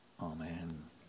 Amen